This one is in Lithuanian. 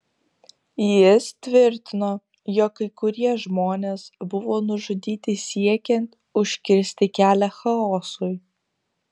jis tvirtino jog kai kurie žmonės buvo nužudyti siekiant užkirsti kelią chaosui